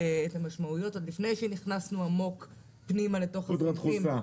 את המשמעויות עוד לפני שנכנסנו עמוק פנימה לתוך הסעיפים.